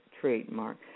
trademark